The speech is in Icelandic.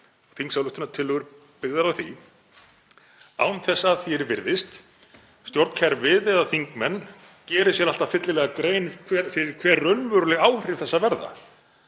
þingsályktunartillögur byggðar á því án þess, að því er virðist, að stjórnkerfið eða þingmenn geri sér alltaf fyllilega grein fyrir hver raunveruleg áhrif þessa verða.